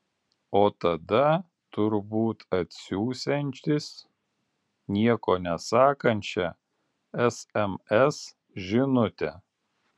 o tada turbūt atsiųsiantis nieko nesakančią sms žinutę